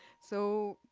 so.